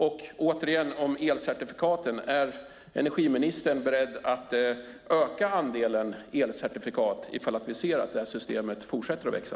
Och åter om elcertifikaten: Är energiministern beredd att öka andelen elcertifikat ifall vi ser att användningen av det systemet fortsätter att öka?